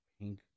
pink